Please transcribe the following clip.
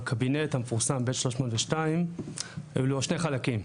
הקבינט המפורסם ב'-302 היו לו שני חלקים.